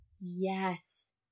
yes